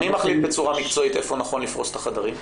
בצורה מקצועית איפה נכון לפרוס את החדרים?